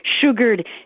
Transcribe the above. sugared